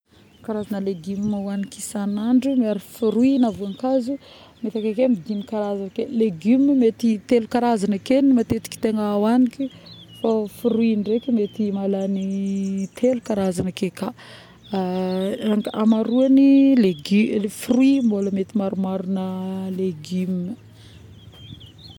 Karazagna légume hoagniko isagn'andro miaro fruit na voankazo mety akeke amin-dimy karazagna ake, légume mety telo karazagna ake matetiky tegna hagniko fa fruit ndraiky mety malagny telo karazagna ake ka˂ hesitation˃ hamaroagny mety fruit maromarogna légume